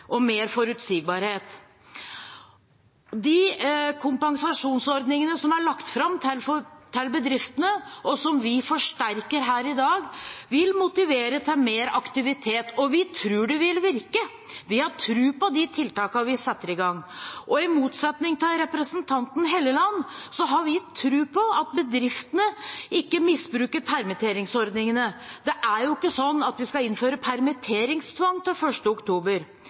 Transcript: mer forutsigbarhet. De kompensasjonsordningene som er lagt fram til bedriftene, og som vi forsterker her i dag, vil motivere til mer aktivitet, og vi tror det vil virke. Vi har tro på de tiltakene vi setter i gang, og i motsetning til representanten Helleland har vi tro på at bedriftene ikke misbruker permitteringsordningene. Det er jo ikke sånn at vi skal innføre permitteringstvang til 1. oktober.